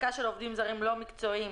"העסקה של עובדים זרים לא מקצועיים